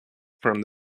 from